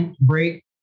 break